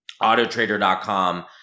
autotrader.com